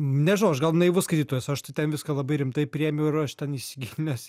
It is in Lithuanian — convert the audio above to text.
nežinau aš gal naivus skaitytojas aš tai ten viską labai rimtai priėmiau ir aš ten įsigilinęs ir